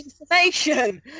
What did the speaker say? information